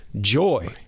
joy